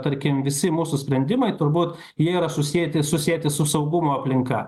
tarkim visi mūsų sprendimai turbūt jie yra susieti susieti su saugumo aplinka